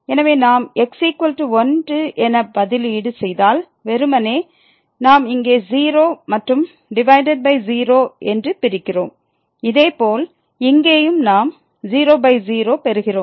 எனவே நாம் x1 என பதிலீடு செய்தால் வெறுமனே நாம் இங்கே 0 மற்றும் டிவைடட் பை 0 என்று பிரிக்கிறோம் இதேபோல் இங்கேயும் நாம் 00 பெறுகிறோம்